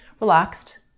relaxed